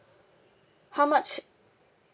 how much